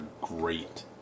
great